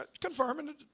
confirming